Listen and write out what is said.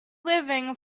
living